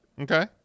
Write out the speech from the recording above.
Okay